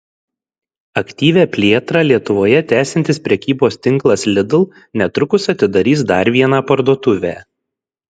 aktyvią plėtrą lietuvoje tęsiantis prekybos tinklas lidl netrukus atidarys dar vieną parduotuvę